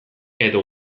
edo